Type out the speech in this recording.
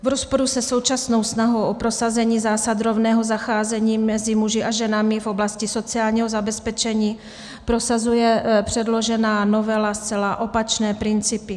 V rozporu se současnou snahou o prosazení zásad rovného zacházení mezi muži a ženami v oblasti sociálního zabezpečení, prosazuje předložená novela zcela opačné principy.